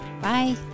Bye